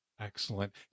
Excellent